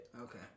Okay